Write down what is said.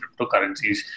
cryptocurrencies